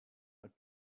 out